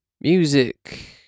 music